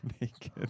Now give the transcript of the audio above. naked